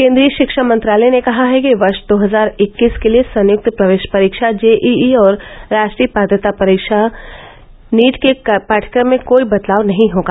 केन्द्रीय शिक्षा मंत्रालय ने कहा है कि वर्ष दो हजार इक्कीस के लिए संयुक्त प्रवेश परीक्षा जेईई और राष्ट्रीय पात्रता प्रवेश परीक्षा नीट के पाठ्यक्रम में कोई बदलाव नहीं होगा